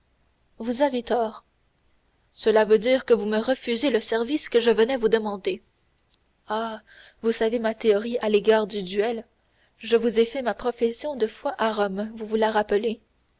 vous avez tort cela veut dire que vous me refusez le service que je venais vous demander ah vous savez ma théorie à l'égard du duel je vous ai fait ma profession de foi à rome vous vous la rappelez